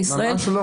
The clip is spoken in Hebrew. לשם.